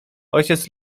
ojciec